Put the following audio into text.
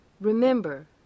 Remember